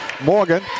Morgan